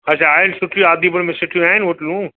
अछा आहिनि सुठी आदिपुर में सुठी आहिनि होटलूं